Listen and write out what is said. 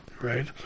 right